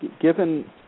given